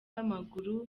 w’amaguru